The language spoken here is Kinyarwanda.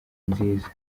nziza